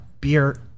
Beer